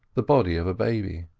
the body of a baby.